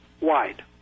wide